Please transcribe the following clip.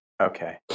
Okay